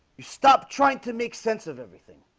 you stop trying to make sense of everything